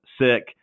Sick